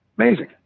Amazing